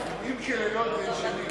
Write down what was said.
של המינהל האזרחי,